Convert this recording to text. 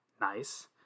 nice